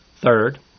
Third